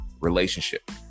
Relationship